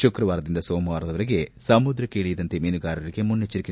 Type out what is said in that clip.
ಶುಕ್ರವಾರದಿಂದ ಸೋಮವಾರದವರೆಗೆ ಸಮುದ್ರಕ್ಕೆ ಇಳಿಯದಂತೆ ಮೀನುಗಾರರಿಗೆ ಮುನ್ನೆಜ್ವರಿಕೆ